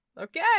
Okay